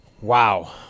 Wow